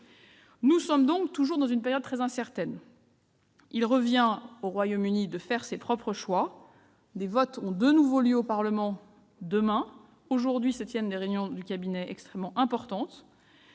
Nous sommes donc toujours dans une période très incertaine. Il revient au Royaume-Uni de faire ses propres choix- des votes ont de nouveau lieu au Parlement demain et, aujourd'hui, se tiennent des réunions du cabinet extrêmement importantes.